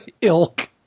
ilk